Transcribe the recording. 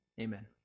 Amen